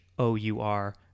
O-U-R